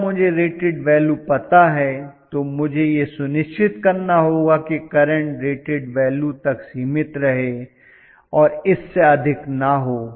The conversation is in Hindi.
अगर मुझे रेटेड वैल्यू पता है तो मुझे यह सुनिश्चित करना होगा कि करंट रेटेड वैल्यू तक सीमित रहे और इससे अधिक न हो